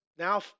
Now